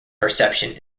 perception